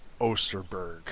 Osterberg